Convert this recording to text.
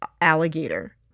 alligator